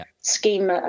scheme